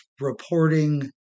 reporting